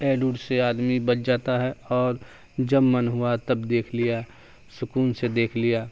add ووڈ سے آدمی بچ جاتا ہے اور جب من ہوا تب دیکھ لیا سکون سے دیکھ لیا